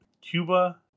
Cuba